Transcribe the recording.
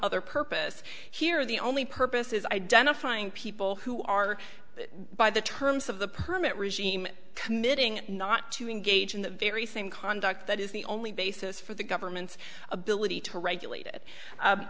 other purpose here the only purpose is identifying people who are by the terms of the permit regime committing not to engage in the very same conduct that is the only basis for the government's ability to regulate it